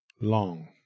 Long